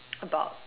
about